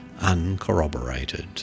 uncorroborated